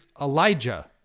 Elijah